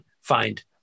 find